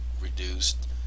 reduced